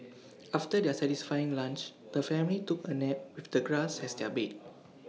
after their satisfying lunch the family took A nap with the grass as their bed